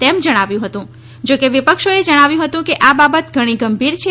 તેમ જણાવ્યું હતુ જોકે વિપક્ષોએ જણાવ્યું હતુ કે આ બાબત ગણી ગંભીર છે